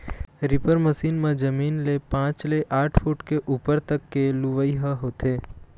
reaper machine म जमीन ले पाँच ले आठ फूट के उप्पर तक के लुवई ह होथे